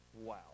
Wow